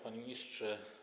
Panie Ministrze!